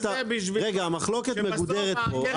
המחלקות מגודרת פה,